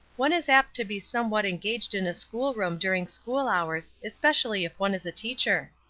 one is apt to be somewhat engaged in a school-room during school-hours, especially if one is a teacher.